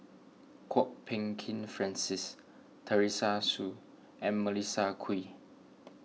Kwok Peng Kin Francis Teresa Hsu and Melissa Kwee